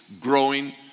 growing